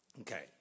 Okay